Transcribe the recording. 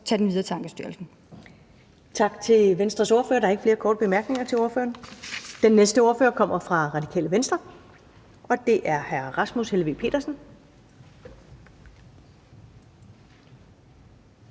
(Karen Ellemann): Tak til Venstres ordfører. Der er ikke flere korte bemærkninger til ordføreren. Den næste ordfører kommer fra Radikale Venstre, og det er hr. Rasmus Helveg Petersen.